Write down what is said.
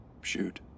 Shoot